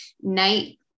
night